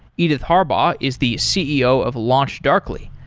edith harbaugh is the ceo of launchdarkly,